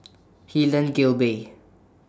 Helen Gilbey